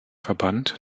verband